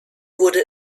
wurde